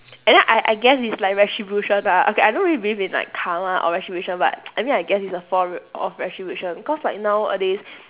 and then I I guess it's like retribution but okay I don't really believe in like karma or retribution but I mean I guess it's a form of retribution cause like nowadays